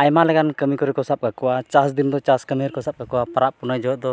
ᱟᱭᱢᱟ ᱞᱮᱠᱟᱱ ᱠᱟᱹᱢᱤ ᱠᱚᱨᱮ ᱠᱚ ᱥᱟᱵ ᱠᱟᱠᱚᱣᱟ ᱪᱟᱥ ᱫᱤᱱ ᱫᱚ ᱪᱟᱥ ᱠᱟᱹᱢᱤ ᱠᱚᱨᱮ ᱠᱚ ᱥᱟᱵ ᱠᱟᱠᱚᱣᱟ ᱯᱚᱨᱚᱵᱽ ᱯᱩᱱᱟᱹᱭ ᱡᱚᱦᱚᱜ ᱫᱚ